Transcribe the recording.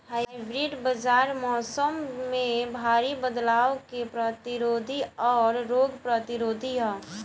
hybrid बीज मौसम में भारी बदलाव के प्रतिरोधी और रोग प्रतिरोधी ह